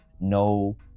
no